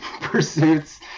pursuits